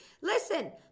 Listen